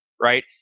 right